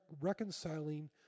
reconciling